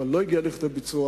אבל לא הגיע לכדי ביצוע.